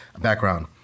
background